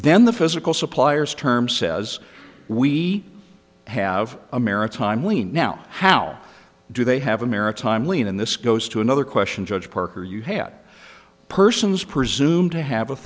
then the physical suppliers term says we have a maritime we now how do they have a maritime when this goes to another question judge parker you had persons presumed to have a